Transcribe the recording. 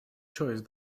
choice